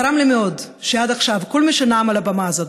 צרם לי מאוד שעד עכשיו כל מי שנאם על הבמה הזאת,